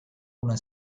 una